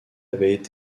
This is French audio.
avaient